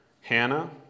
Hannah